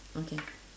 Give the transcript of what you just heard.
okay